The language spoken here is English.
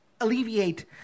alleviate